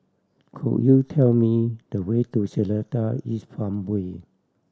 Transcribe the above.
could you tell me the way to Seletar East Farmway